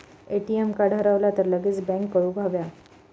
ATM card हरवला तर लगेच बँकेत कळवुक हव्या